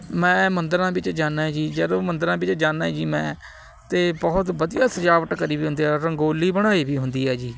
ਮੈਂ ਮੰਦਰਾਂ ਵਿੱਚ ਜਾਨਾ ਏ ਜੀ ਜਦੋਂ ਮੰਦਰਾਂ ਵਿੱਚ ਜਾਨਾ ਏ ਜੀ ਮੈਂ ਅਤੇ ਬਹੁਤ ਵਧੀਆ ਸਜਾਵਟ ਕਰੀ ਵੀ ਹੁੰਦੀ ਆ ਰੰਗੋਲੀ ਬਣਾਈ ਵੀ ਹੁੰਦੀ ਆ ਜੀ